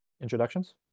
Introductions